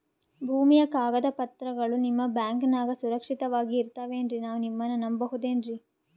ಭೂಮಿಯ ಕಾಗದ ಪತ್ರಗಳು ನಿಮ್ಮ ಬ್ಯಾಂಕನಾಗ ಸುರಕ್ಷಿತವಾಗಿ ಇರತಾವೇನ್ರಿ ನಾವು ನಿಮ್ಮನ್ನ ನಮ್ ಬಬಹುದೇನ್ರಿ?